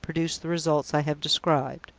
produce the results i have described?